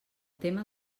tema